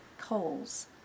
coals